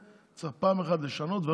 צריך פעם אחת לשנות את זה,